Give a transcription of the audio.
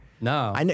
No